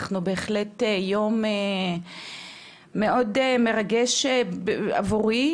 אנחנו בהחלט ביום מאוד מרגש עבורי,